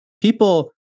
People